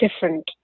different